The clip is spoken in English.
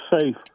safe